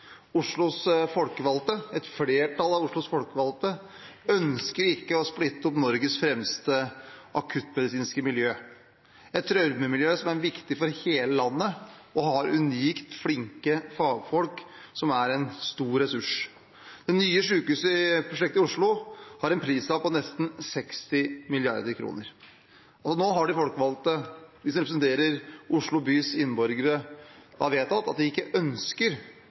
Oslos folkevalgte, et flertall av Oslos folkevalgte, ønsker ikke å splitte opp Norges fremste akuttmedisinske miljø, et traumemiljø som er viktig for hele landet og har unikt flinke fagfolk som er en stor ressurs. Det nye sykehusprosjektet i Oslo har en prislapp på nesten 60 mrd. kr. Nå har de folkevalgte, de som representerer Oslo bys innbyggere, vedtatt at de ikke ønsker